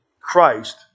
Christ